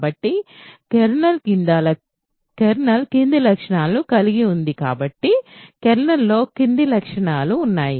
కాబట్టి కెర్నల్ క్రింది లక్షణాలను కలిగి ఉంది కాబట్టి కెర్నల్ క్రింది లక్షణాలను కలిగి ఉంది